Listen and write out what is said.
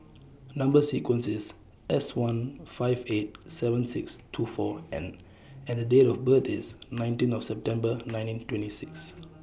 Number sequence IS S one five eight seven six two four N and Date of birth IS nineteen of September nineteen twenty six